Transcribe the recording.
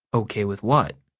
okay with what?